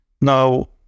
Now